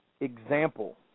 example